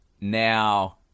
Now